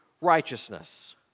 righteousness